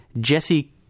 jesse